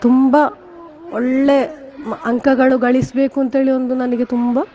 ತುಂಬ ಒಳ್ಳೆಯ ಅಂಕಗಳು ಗಳಿಸಬೇಕು ಅಂತ ಹೇಳಿ ಒಂದು ನನಗೆ ತುಂಬ